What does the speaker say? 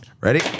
Ready